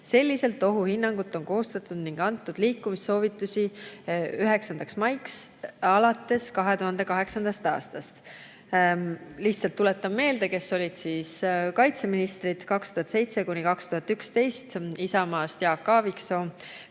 Selliselt on ohuhinnangut koostatud ning antud liikumissoovitusi 9. maiks alates 2008. aastast. Lihtsalt tuletan meelde, kes olid kaitseministrid: perioodil 2007 – 2011 Isamaast Jaak Aaviksoo,